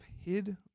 hid